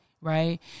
right